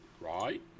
Right